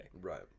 Right